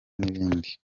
n’ibindi